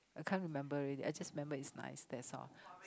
I can't remember already I just remember is nice that's all